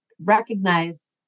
recognize